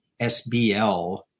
SBL